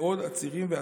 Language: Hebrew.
ועוד עצירים ואסירים.